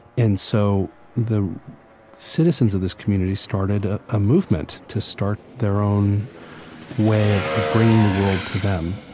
and so the citizens of this community started a ah movement to start their own way of of bringing the world to them.